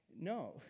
No